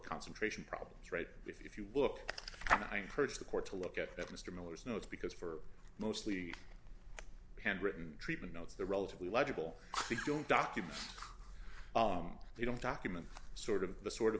concentration problems right if you look and i encourage the court to look at that mr miller's notes because for mostly handwritten treatment notes they're relatively legible documents they don't document sort of the sort of